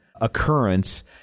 occurrence